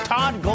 Todd